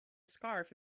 scarf